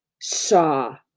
saw